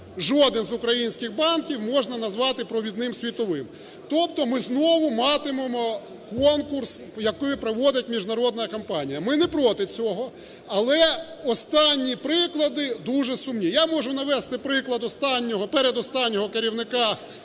жоден з українських банків можна назвати провідним світовим. Тобто ми знову матимемо конкурс, який проводить міжнародна компанія. Ми не проти цього. Але останні приклади дуже сумні. Я можу навести приклад останнього… передостаннього керівника